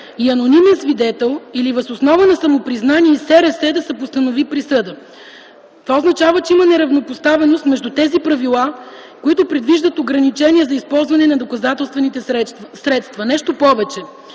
и анонимен свидетел или въз основа на самопризнание и СРС да се постанови присъда. Това означава, че има неравнопоставеност между тези правила, които предвиждат ограничения за използване на доказателствените средства. Нещо повече.